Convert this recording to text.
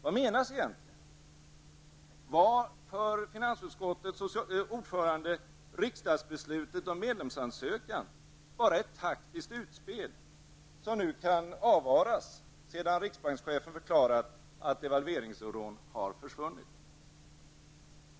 Vad menas egentligen? Var för finansutskottets ordförande riksdagsbeslutet om en medlemsansökan bara ett taktiskt utspel, som nu kan avvaras sedan riksbankschefen förklarat att delvaveringsoron har försvunnit?